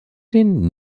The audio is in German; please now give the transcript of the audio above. den